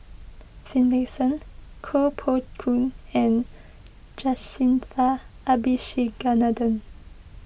Finlayson Koh Poh Koon and Jacintha Abisheganaden